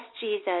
Jesus